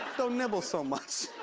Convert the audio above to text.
don't nibble so much.